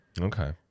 Okay